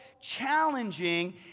challenging